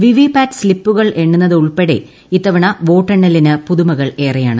V V PAT സ്ലിപ്പുകൾ എണ്ണുന്നത് ഉൾപ്പെടെ ഇത്തവണ വോട്ടെണ്ണലിന് പുതുമകൾ ഏറെയാണ്